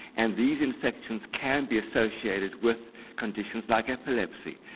and these infections can be associated with conditions like epilepsy.